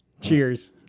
cheers